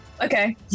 Okay